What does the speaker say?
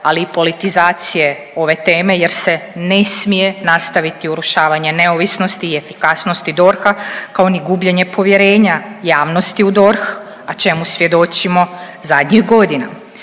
ali i politizacije ove teme jer se ne smije nastaviti urušavanje neovisnosti i efikasnosti DORH-a, kao ni gubljenje povjerenja javnosti u DORH, a čemu svjedočimo zadnjih godina.